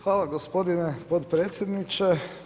Hvala gospodine potpredsjedniče.